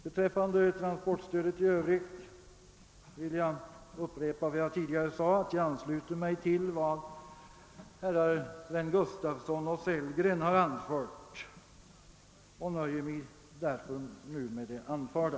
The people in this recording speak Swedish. Beträffande transportstödet i övrigt vill jag upprepa vad jag tidigare sade, att jag ansluter mig till vad herrar Sven Gustafson och Sellgren har anfört, och nöjer mig därför nu med det anförda.